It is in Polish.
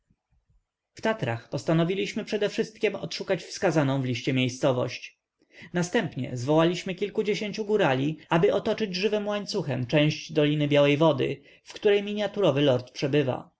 tatrach postanowiliśmy przedewszystkiem odszukać wskazaną w liście miejscowość następnie zwołaliśmy kilkudziesięciu górali aby otoczyć żywym łańcuchem część doliny białej wody w której miniaturowy lord przebywa